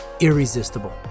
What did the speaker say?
irresistible